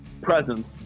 presence